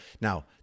Now